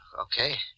Okay